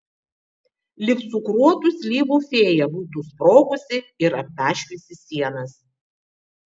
lyg cukruotų slyvų fėja būtų sprogusi ir aptaškiusi sienas